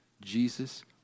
Jesus